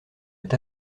est